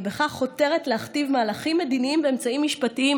ובכך חותרת להכתיב מהלכים מדיניים באמצעים משפטיים.